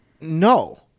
no